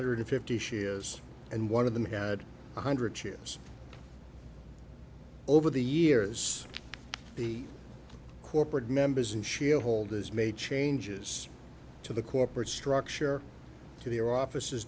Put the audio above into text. hundred fifty shares and one of them had one hundred shares over the years the corporate members and she'll holders made changes to the corporate structure to their offices